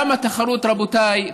למה תחרות, רבותיי?